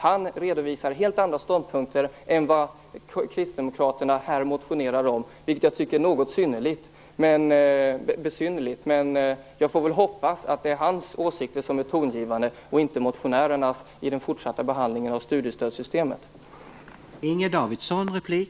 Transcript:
Han redovisade helt andra ståndpunkter än vad Kristdemokraterna motionerar om. Det tycker jag är något besynnerligt. Jag får hoppas att det är hans åsikter som är tongivande och inte motionärernas i den fortsatta behandlingen av frågan om studiestödssystemet.